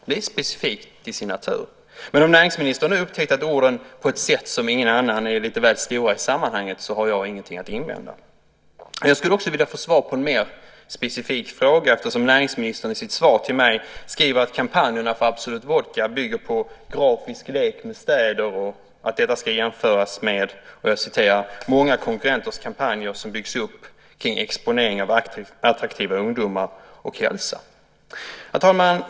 Det är specifikt till sin natur. Men om nu näringsministern upptäckt att orden "på ett sätt som ingen privat" är lite väl stora i sammanhanget har jag ingenting att invända. Jag skulle vilja ha svar på en mer specifik fråga. Näringsministern skriver i sitt svar till mig att kampanjerna för Absolut vodka bygger på en grafisk lek med städer och att det ska jämföras med "en del konkurrenters kampanjer som byggs upp kring exponering av attraktiva ungdomar och hälsa". Herr talman!